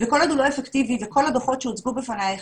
וכל עוד הוא לא אפקטיבי וכל הדוחות שהוצגו בפנייך,